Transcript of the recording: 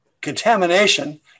contamination